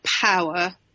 power